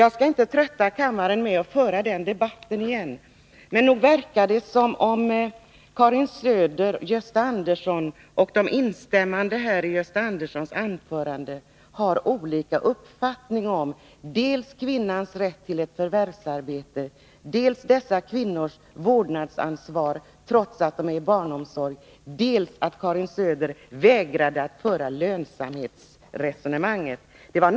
Jag skall inte trötta kammaren med att föra den debatten igen, men nog verkar det som om Karin Söder, å ena sidan, och Gösta Andersson och de som instämde i hans anförande, å andra sidan, har olika uppfattningar om dels kvinnors rätt till ett förvärvsarbete, dels dessa kvinnors vårdnadsansvar trots att de har sina barn i barnomsorg. Vidare vägrade alltså Karin Söder att föra ett resonemang om lönsamhet.